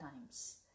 times